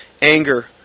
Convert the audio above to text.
anger